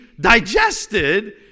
digested